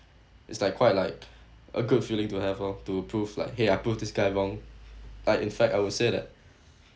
it's like quite like a good feeling to have lor to prove like !hey! I proved this guy wrong like in fact I would say that